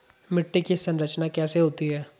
मिट्टी की संरचना कैसे होती है?